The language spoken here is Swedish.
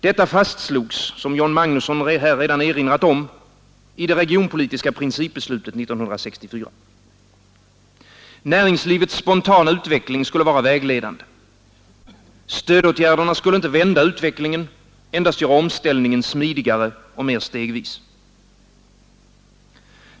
Detta fastslogs — som John Magnusson här redan har erinrat om — i det regionpolitiska principbeslutet 1964. Näringslivets spontana utveckling skulle vara vägledande. Stödåtgärderna skulle inte vända utvecklingen, endast göra omställningen smidigare och mer stegvis.